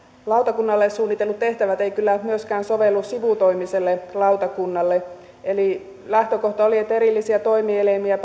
lautakunnalle suunnitellut tehtävät eivät kyllä myöskään sovellu sivutoimiselle lautakunnalle eli lähtökohta oli että erillisiä toimielimiä